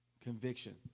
Conviction